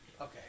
Okay